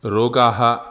रोगाः